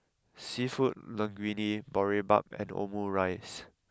Seafood Linguine Boribap and Omurice